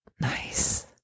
Nice